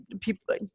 people